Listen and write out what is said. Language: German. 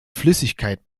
flüssigkeit